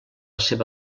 seva